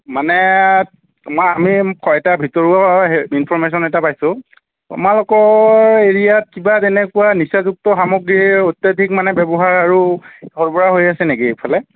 মানে তোমাৰ আমি হত্যাৰ ভিতৰুৱা ইনফৰ্মেশ্যন এটা পাইছোঁ তোমালোকৰ এৰিয়াত কিবা তেনেকুৱা নিচাযুক্ত সামগ্ৰীৰ অত্যাধিক মানে ব্যৱহাৰ আৰু সৰবৰাহ হৈ আছে নেকি এইফালে